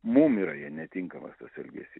mum yra jie netinkamas tas elgesy